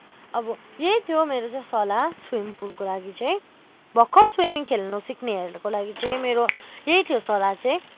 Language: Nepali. अब यही थियो मेरो चाहिँ सल्लाह स्विमिङ पुलको लागि चाहिँ भर्खरै स्विमिङ खेल्न सिक्नेहरूको लागि चाहिँ मेरो यही थियो सल्लाह चाहिँ